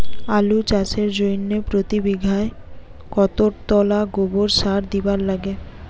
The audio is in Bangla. আলু চাষের জইন্যে প্রতি বিঘায় কতোলা গোবর সার দিবার লাগে?